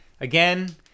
Again